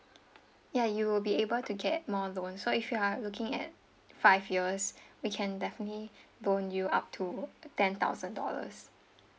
ya you will be able to get more loan so if you are looking at five years we can definitely loan you up to ten thousand dollars